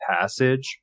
passage